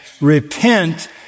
Repent